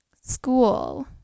school